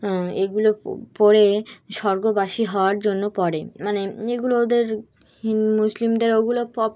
এগুলো পড়ে স্বর্গবাসী হওয়ার জন্য পড়ে মানে এগুলো ওদের হিন্দু মুসলিমদের ওগুলো প